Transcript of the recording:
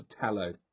tallow